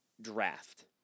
draft